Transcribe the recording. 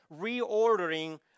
reordering